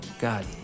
God